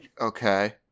Okay